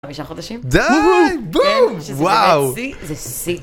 חמישה חודשים. - דיי! בום - זה שיא